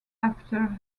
after